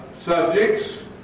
subjects